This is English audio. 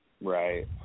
Right